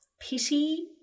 pity